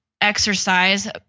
exercise